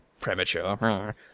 premature